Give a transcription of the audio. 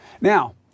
Now